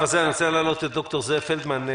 אני רוצה להעלות את ד"ר זאב פלדמן,